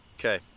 okay